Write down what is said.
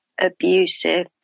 abusive